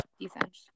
defense